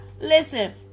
listen